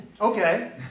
okay